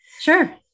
Sure